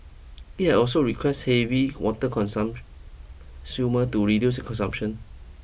it has also requested heavy water to reduce consumption